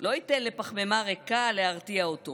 לא ייתן לפחמימה ריקה להרתיע אותו.